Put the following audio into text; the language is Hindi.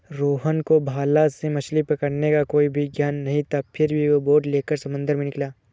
रोहन को भाला से मछली पकड़ने का कोई भी ज्ञान नहीं था फिर भी वो बोट लेकर समंदर में निकला